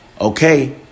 okay